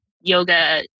yoga